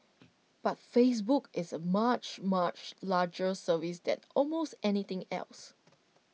but Facebook is A much much larger service that almost anything else